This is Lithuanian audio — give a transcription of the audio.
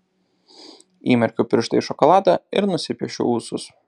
įmerkiu pirštą į šokoladą ir nusipiešiu ūsus